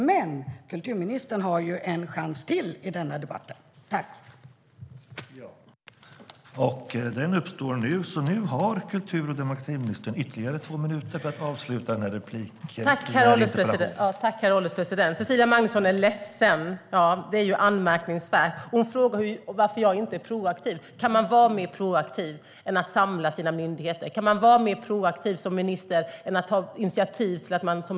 Men kulturministern har en chans till i denna debatt att svara på det.